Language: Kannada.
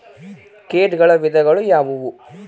ಕೇಟಗಳ ವಿಧಗಳು ಯಾವುವು?